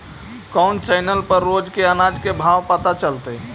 कोन चैनल पर रोज के अनाज के भाव पता चलतै?